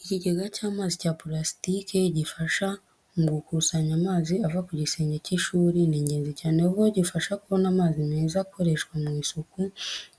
Ikigega cy’amazi cya purasitike gifasha mu gukusanya amazi ava ku gisenge cy’ishuri, ni ingenzi cyane kuko gifasha kubona amazi meza akoreshwa mu isuku